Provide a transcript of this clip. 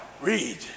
Read